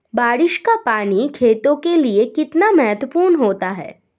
बारिश का पानी खेतों के लिये कितना महत्वपूर्ण होता है?